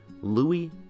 Louis